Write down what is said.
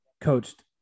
coached